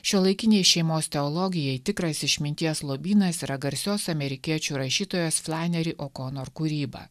šiuolaikinei šeimos teologijai tikras išminties lobynas yra garsios amerikiečių rašytojos flanery okonor kūryba